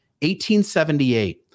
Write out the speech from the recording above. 1878